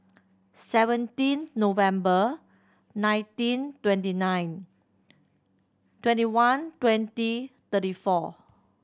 seventeen November nineteen twenty nine twenty one twenty thirty four